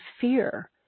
fear